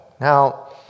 Now